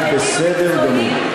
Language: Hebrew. את בסדר גמור.